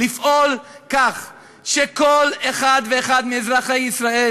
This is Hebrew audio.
לפעול כך שכל אחד ואחד מאזרחי ישראל